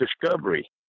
discovery